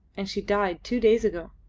and. she died two days ago.